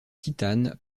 titane